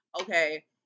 okay